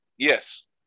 Yes